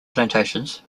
plantations